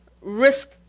risk